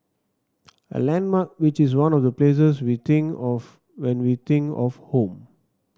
a landmark which is one of the places we think of when we think of home